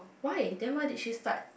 why then why that she start